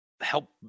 help